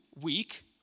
week